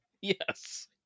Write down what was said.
Yes